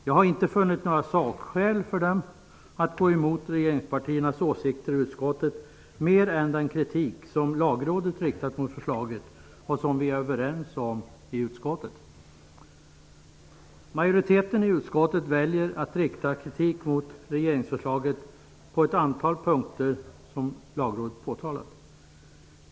Jag har inte funnit några sakskäl för dem att gå emot regeringspartiernas åsikter i utskottet mer än den kritik som Lagrådet riktat mot förslaget och som vi är överens om i utskottet. Majoriteten i utskottet väljer att rikta kritik mot regeringsförslaget på ett antal punkter som Lagrådet påtalat.